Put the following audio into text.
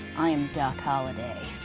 i am doc holliday.